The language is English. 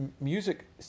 music